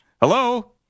Hello